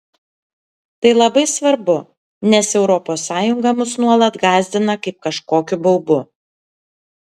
tai labai svarbu nes europos sąjunga mus nuolat gąsdina kaip kažkokiu baubu